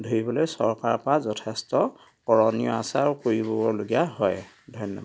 ধৰিবলৈ চৰকাৰৰ পৰা যথেষ্ট কৰণীয় আছে আৰু কৰিবলগীয়া হয় ধন্যবাদ